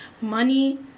money